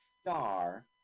star